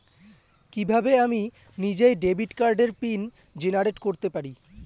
কিভাবে আমি নিজেই ডেবিট কার্ডের পিন জেনারেট করতে পারি?